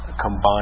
Combined